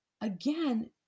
Again